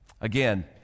again